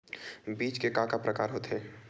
बीज के का का प्रकार होथे?